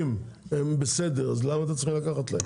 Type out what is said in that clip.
אם הם בסדר אז למה אתם צריכים לקחת להם?